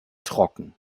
trocken